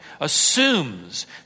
assumes